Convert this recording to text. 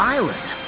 Island